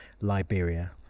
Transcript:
Liberia